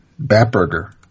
Batburger